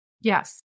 Yes